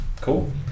Cool